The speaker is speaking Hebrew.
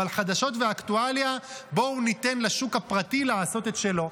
אבל בחדשות ואקטואליה בואו ניתן לשוק הפרטי לעשות את שלו.